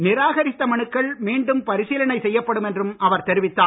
நிராகரித்த மனுக்கள் மீண்டும் பரிசீலனை செய்யப்படும் என்றும் அவர் தெரிவித்தார்